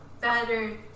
better